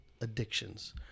addictions